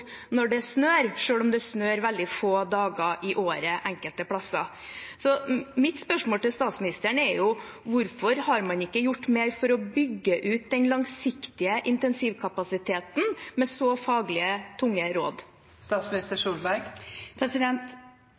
når det snør, selv om det snør veldig få dager i året enkelte steder. Mitt spørsmål til statsministeren er: Hvorfor har man ikke gjort mer for å bygge ut den langsiktige intensivkapasiteten, med så tunge faglige råd?